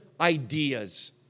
ideas